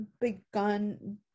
begun